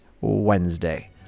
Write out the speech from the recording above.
Wednesday